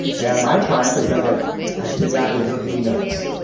and my triumph is that i i did not give her any notes.